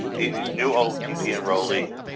being these new otp enrollees.